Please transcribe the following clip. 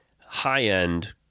high-end